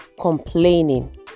complaining